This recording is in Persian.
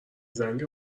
زنگ